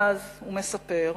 ואז הוא מספר: